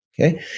okay